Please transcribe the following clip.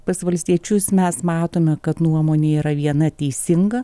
pas valstiečius mes matome kad nuomonė yra viena teisinga